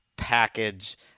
package